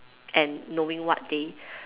and knowing what they